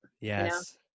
Yes